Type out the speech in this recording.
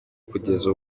kugeza